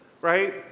right